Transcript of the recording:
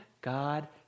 God